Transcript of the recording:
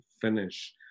finish